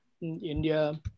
India